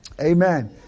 Amen